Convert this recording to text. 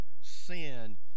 sin